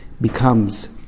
becomes